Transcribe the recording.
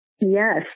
Yes